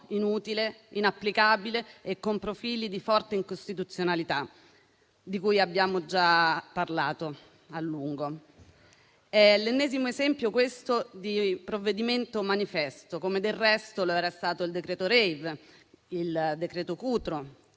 inutile, inapplicabile e con profili di forte incostituzionalità, di cui abbiamo già parlato a lungo. È l'ennesimo esempio, questo, di provvedimento manifesto, come del resto lo era stato il decreto rave, il decreto Cutro,